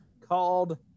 called